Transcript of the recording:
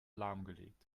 lahmgelegt